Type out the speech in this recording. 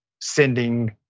sending